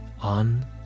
on